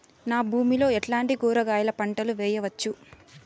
నా భూమి లో ఎట్లాంటి కూరగాయల పంటలు వేయవచ్చు?